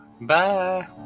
Bye